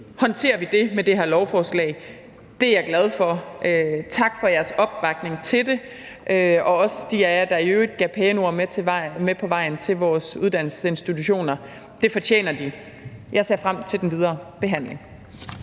håndterer vi det med det her lovforslag. Det er jeg glad for. Tak for jeres opbakning til det, og også tak til de af jer, der i øvrigt gav pæne ord med på vejen til vores uddannelsesinstitutioner. Det fortjener de. Jeg ser frem til den videre behandling.